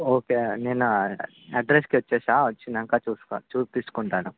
okay నేను అడ్రస్కి వచ్చేసా వచ్చినాకా చూసుకో చూపించుకుంటాను